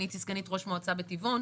אני הייתי סגנית ראש מועצה בטבעון,